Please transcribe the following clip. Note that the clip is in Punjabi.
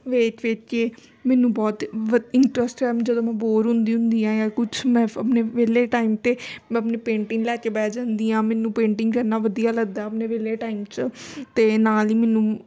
ਦੇਖ ਦੇਖ ਕੇ ਮੈਨੂੰ ਬਹੁਤ ਵਧ ਇੰਟਰਸਟ ਆ ਜਦੋਂ ਮੈਂ ਬੋਰ ਹੁੰਦੀ ਹੁੰਦੀ ਹਾਂ ਜਾਂ ਕੁਛ ਮੈਂ ਆਪਣੇ ਵਿਹਲੇ ਟਾਈਮ 'ਤੇ ਮੈਂ ਆਪਣੀ ਪੇਂਟਿੰਗ ਲੈ ਕੇ ਬਹਿ ਜਾਂਦੀ ਆ ਮੈਨੂੰ ਪੇਂਟਿੰਗ ਕਰਨਾ ਵਧੀਆ ਲੱਗਦਾ ਆਪਣੇ ਵਿਹਲੇ ਟਾਈਮ 'ਚ ਅਤੇ ਨਾਲ ਹੀ ਮੈਨੂੰ